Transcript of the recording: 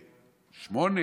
29-28,